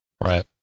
right